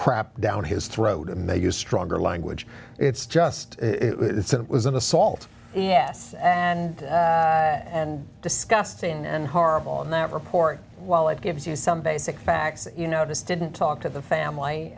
crap down his throat and they use stronger language it's just it's it was an assault yes and and disgusting and horrible and that report while it gives you some basic facts you know just didn't talk to the family